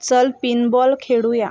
चल पिनबॉल खेळू या